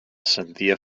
sentia